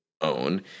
own